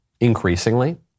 increasingly